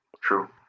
true